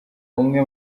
umwe